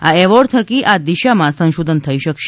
આ એવોર્ડ થકી આ દિશામાં સંશોધન થઇ શકશે